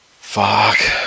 Fuck